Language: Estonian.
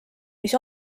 mis